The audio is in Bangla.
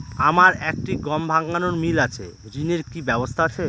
আমার একটি গম ভাঙানোর মিল আছে ঋণের কি ব্যবস্থা আছে?